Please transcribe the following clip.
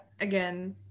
again